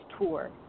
Tour